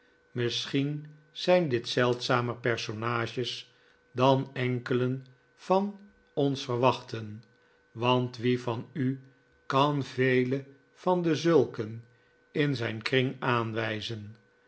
misschien zijn dit zeldzamer personages dan enkelen van ons verwachten want wie van u kan vele van dezulken in zijn kring aanwijzen